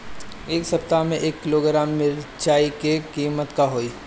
एह सप्ताह मे एक किलोग्राम मिरचाई के किमत का होई?